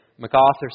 MacArthur